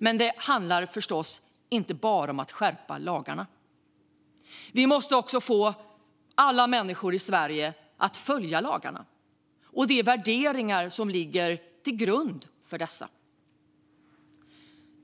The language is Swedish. Detta handlar förstås inte bara om att skärpa lagarna; vi måste också få alla människor i Sverige att följa lagarna och dela de värderingar som ligger till grund för dessa.